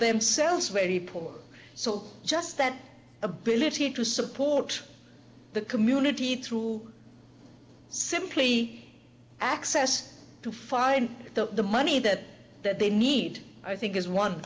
themselves very poor so just that ability to support the community through simply access to find the money that they need i think is one